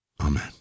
Amen